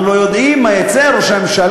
אנחנו לא יודעים מה יצא, ראש הממשלה.